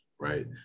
right